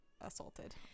assaulted